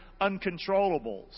uncontrollables